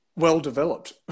well-developed